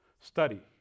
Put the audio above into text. Study